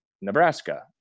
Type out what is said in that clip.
Nebraska